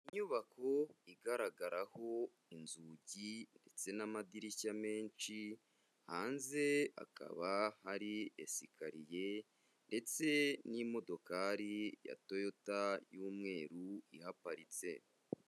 Inyubako igaragaraho inzugi ndetse n'amadirishya menshi, hanze hakaba hari esikariye ndetse n'imodokari ya Toyota y'umweru ihaparitse.